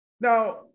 Now